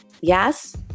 Yes